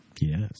yes